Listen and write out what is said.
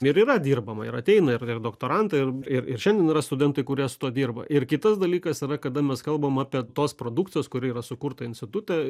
ir yra dirbama ir ateina ir ir doktorantai ir ir šiandien yra studentai kurie su tuo dirba ir kitas dalykas yra kada mes kalbam apie tos produkcijos kuri yra sukurta institute